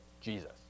Jesus